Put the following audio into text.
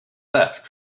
left